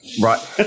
Right